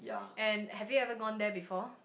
and have you ever gone there before